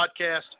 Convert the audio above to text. podcast